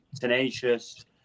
tenacious